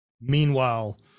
Meanwhile